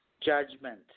Judgment